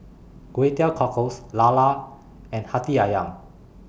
Kway Teow Cockles Lala and Hati Ayam